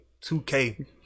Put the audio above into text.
2k